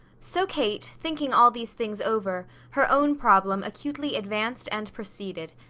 so kate, thinking all these things over, her own problem acutely advanced and proceeded.